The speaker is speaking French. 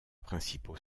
principaux